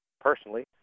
personally